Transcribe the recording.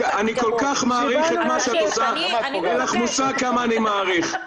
אין לך מושג כמה אני מעריך את מה שאת עושה.